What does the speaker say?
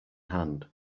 hand